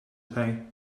pay